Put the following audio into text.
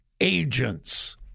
agents